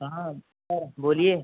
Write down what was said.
कहाँ सर बोलिए